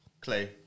Clay